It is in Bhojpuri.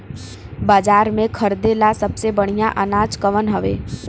बाजार में खरदे ला सबसे बढ़ियां अनाज कवन हवे?